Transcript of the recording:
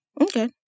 Okay